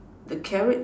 the carrot